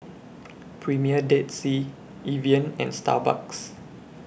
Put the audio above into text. Premier Dead Sea Evian and Starbucks